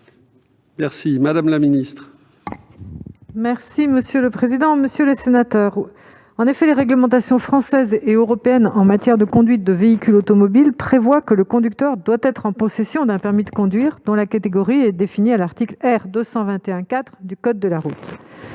est à Mme la secrétaire d'État. En effet, monsieur le sénateur, les réglementations françaises et européennes en matière de conduite de véhicules automobiles prévoient que le conducteur doit être en possession d'un permis de conduire dont la catégorie est définie à l'article R. 221-4 du code de la route.